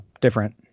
different